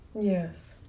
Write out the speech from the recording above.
yes